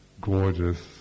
gorgeous